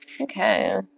Okay